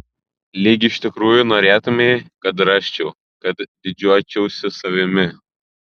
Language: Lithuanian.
lyg iš tikrųjų norėtumei kad rasčiau kad didžiuočiausi savimi